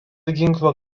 ginklo